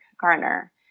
Garner